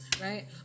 right